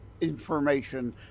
information